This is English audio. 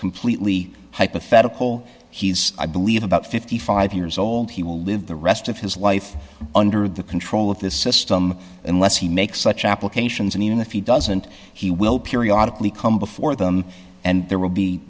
completely hypothetical he's i believe about fifty five years old he will live the rest of his life under the control of this system unless he makes such applications and even if he doesn't he will periodically come before them and there will be